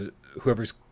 whoever's